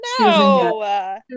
No